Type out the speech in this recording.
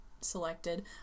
selected